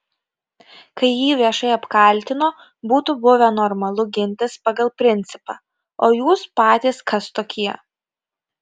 kai jį viešai apkaltino būtų buvę normalu gintis pagal principą o jūs patys kas tokie